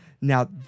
Now